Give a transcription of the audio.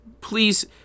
please